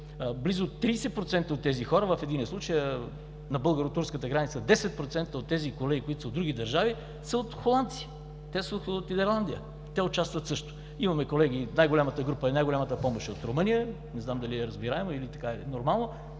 близо 30% от тези хора – в единия случай на българо-турската граница, 10% от тези колеги, които са от други държави, са от холандци. Те са от Нидерландия. Те участват също. Най-голямата група и най-голямата помощ е от Румъния, не знам дали е разбираемо или така е нормално.